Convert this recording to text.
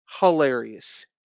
hilarious